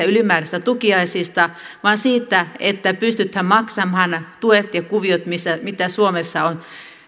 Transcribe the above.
ylimääräisistä tukiaisista vaan siitä että pysytään maksamaan tuet ja kuviot mitä suomessa on